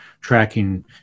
tracking